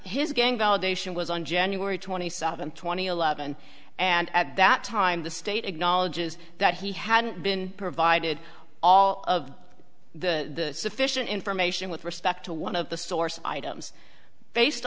his gang validation was on january twenty seventh two thousand and eleven and at that time the state acknowledges that he hadn't been provided all of the sufficient information with respect to one of the source items based